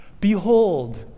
behold